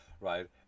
Right